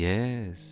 Yes